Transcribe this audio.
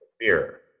fear